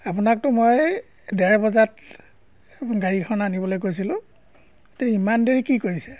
আপোনাকতো মই ডেৰ বজাত গাড়ীখন আনিবলৈ কৈছিলোঁ তে ইমান দেৰি কি কৰিছে